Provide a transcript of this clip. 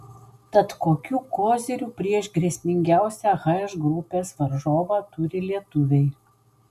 tad kokių kozirių prieš grėsmingiausią h grupės varžovą turi lietuviai